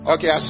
Okay